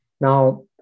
Now